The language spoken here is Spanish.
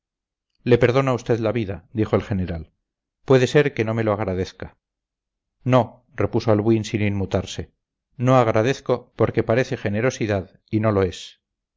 le perdono a usted la vida dijo el general puede ser que no me lo agradezca no repuso albuín sin inmutarse no agradezco porque parece generosidad y no lo es